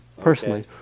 personally